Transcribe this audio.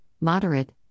moderate